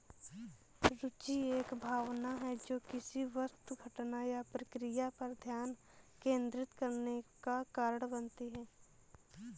रूचि एक भावना है जो किसी वस्तु घटना या प्रक्रिया पर ध्यान केंद्रित करने का कारण बनती है